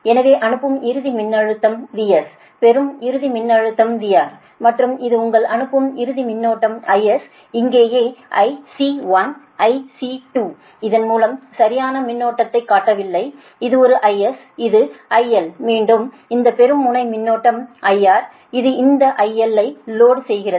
எனவே அனுப்பும் இறுதி மின்னழுத்தம் Vs பெறும் இறுதி மின்னழுத்தம் VR மற்றும் இது உங்கள் அனுப்பும் இறுதி மின்னோட்டம் IS இங்கேயேIC1 IC2 இதன் மூலம் சரியான மின்னோட்டத்தைக் காட்டவில்லை இது ஒரு IS இது IL மீண்டும் இந்த பெறும் முனை மின்னோட்டம் IR இது இந்த IL ஐ லோடு செய்கிறது